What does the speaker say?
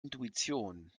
intuition